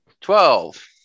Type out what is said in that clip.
twelve